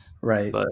Right